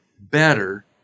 better